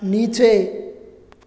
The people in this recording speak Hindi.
नीचे